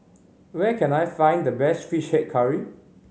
where can I find the best Fish Head Curry